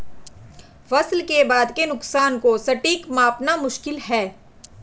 फसल के बाद के नुकसान को सटीक मापना मुश्किल है